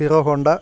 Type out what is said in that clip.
Hero Honda